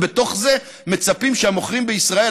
ובתוך זה מצפים שהמוכרים בישראל,